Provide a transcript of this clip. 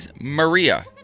Maria